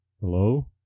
Hello